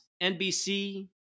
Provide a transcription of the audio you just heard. NBC